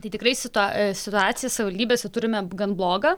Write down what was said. tai tikrai situaciją situacija savivaldybėse turime gan blogą